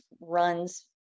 runs